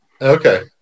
Okay